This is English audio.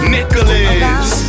Nicholas